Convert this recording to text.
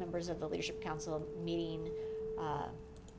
members of the leadership council meeting